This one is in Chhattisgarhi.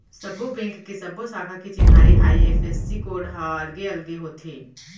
सब्बो बेंक के सब्बो साखा के चिन्हारी आई.एफ.एस.सी कोड ह अलगे अलगे होथे